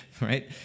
right